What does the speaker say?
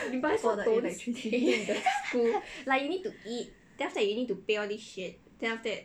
for the electricity